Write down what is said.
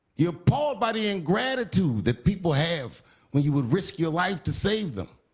you're appalled by the ingratitude that people have when you would risk your life to save them.